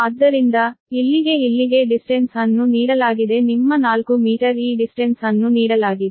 ಆದ್ದರಿಂದ ಇಲ್ಲಿಗೆ ಇಲ್ಲಿಗೆ ದೂರವನ್ನು ನೀಡಲಾಗಿದೆ ನಿಮ್ಮ 4 ಮೀಟರ್ ಈ ದೂರವನ್ನು ನೀಡಲಾಗಿದೆ